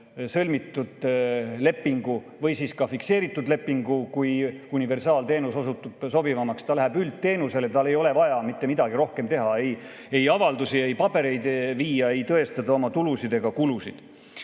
kui universaalteenus osutub sobivamaks, ta läheb üle üldteenusele ja tal ei ole vaja mitte midagi rohkem teha, ei avaldusi ega pabereid kuskile viia, ei tõestada oma tulusid ega kulusid.